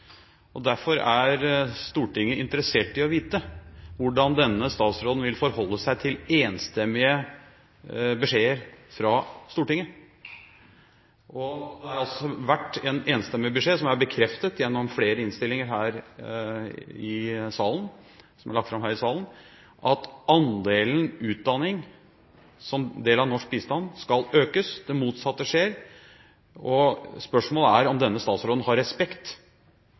og derfor er Stortinget interessert i å vite hvordan denne statsråden vil forholde seg til enstemmige beskjeder fra Stortinget. Det har vært en enstemmig beskjed, som er bekreftet gjennom flere innstillinger som er lagt fram her i salen, om at andelen til utdanning som del av norsk bistand skal økes. Det motsatte skjer. Spørsmålet er om denne statsråden har respekt